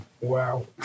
wow